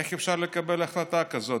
איך אפשר לקבל החלטה כזאת?